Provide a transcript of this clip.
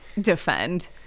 defend